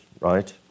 right